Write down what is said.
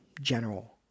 general